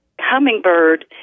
hummingbird